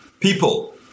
People